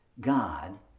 God